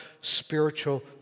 spiritual